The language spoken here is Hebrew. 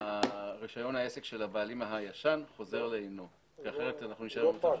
רישיון העסק של הבעלים הישן חוזר לעינו כי אחרת נישאר במצב